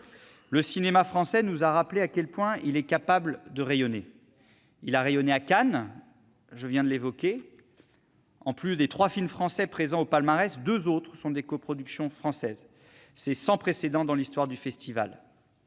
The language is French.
Le cinéma français nous a rappelé à quel point il est capable de rayonner. Il a rayonné à Cannes ; je viens de l'évoquer. En plus des trois films français présents au palmarès, deux autres sont des coproductions françaises. C'est sans précédent dans l'histoire du Festival